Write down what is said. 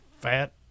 fat